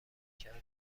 کرده